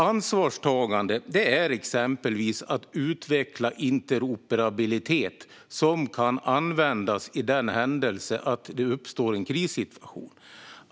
Ansvarstagande är exempelvis att utveckla interoperabilitet som kan användas i den händelse att det uppstår en krissituation.